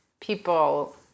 people